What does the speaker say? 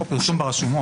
או פרסום ברשומות.